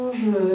je